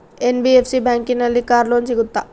NBFC ಬ್ಯಾಂಕಿನಲ್ಲಿ car loan ಸಿಗುತ್ತಾ?